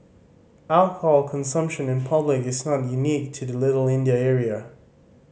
alcohol consumption in public is not unique to the Little India area